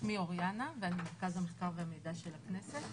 שמי אוריאנה ואני ממרכז המחקר והמידע של הכנסת.